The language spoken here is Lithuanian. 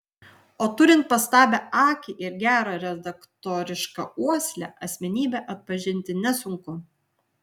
o turint pastabią akį ir gerą redaktorišką uoslę asmenybę atpažinti nesunku